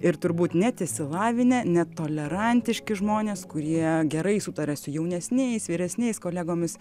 ir turbūt net išsilavinę net tolerantiški žmonės kurie gerai sutaria su jaunesniais vyresniais kolegomis